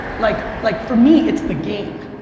like like for me it's the game,